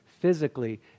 physically